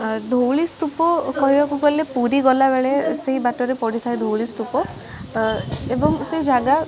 ଆ ଧଉଳିସ୍ତୁପ କହିବାକୁ ଗଲେ ପୁରୀ ଗଲା ବେଳେ ସେହି ବାଟରେ ପଡ଼ିଥାଏ ଧଉଳିସ୍ତୁପ ଅ ଏବଂ ସେଇ ଜାଗା